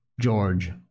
George